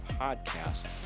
podcast